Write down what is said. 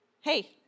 Hey